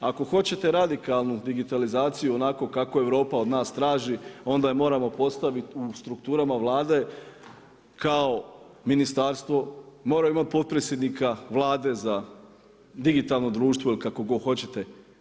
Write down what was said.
Ako hoćete radikalnu digitalizaciju, onako kako Europa od nas traži, onda ju moramo postaviti u strukturama Vlade kao ministarstvo, mora imati potpredsjednika Vlade za digitalno društvo ili kako god hoćete.